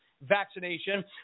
vaccination